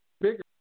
bigger